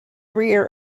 rear